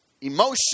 emotion